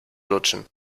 lutschen